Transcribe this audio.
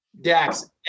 Dax